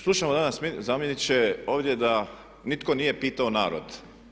Slušamo danas zamjeniče ovdje da nitko nije pitao narod.